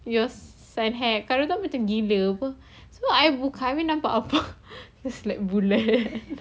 your sun hat kirakan macam gila [pe] sebab I muka nampak apa cause like bulat